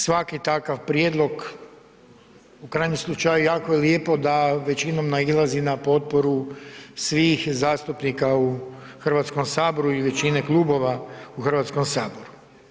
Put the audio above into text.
Svaki takav prijedlog, u krajnjem slučaju jako je lijepo da većinom nailazi na potporu svih zastupnika u Hrvatskom saboru i većine klubova u Hrvatskom saboru.